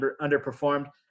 underperformed